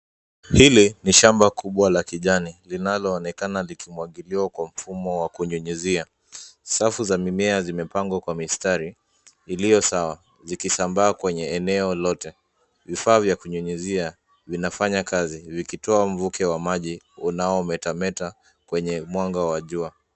Hili ni shamba kubwa la kijani linaloonekana likimwagiliwa kwa mfumo wa kunyunyizia. Safu za mimea zimepangwa kwa mistari, iliyo sawa, zikisambaa kwenye eneo lote. Vifaa vya kunyunyizia vinafanya kazi, vikitoa mvuke wa maji unaometameta kwenye mwanga wa jua.